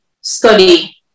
study